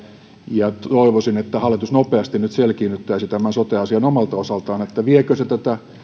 ja toivoisin että hallitus nopeasti nyt selkiinnyttäisi tämän sote asian omalta osaltaan viekö se tätä